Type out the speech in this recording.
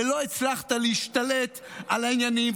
ולא הצלחת להשתלט על העניינים,